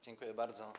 Dziękuję bardzo.